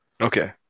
Okay